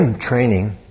training